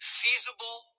feasible